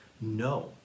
No